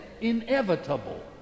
inevitable